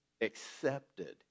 accepted